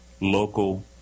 local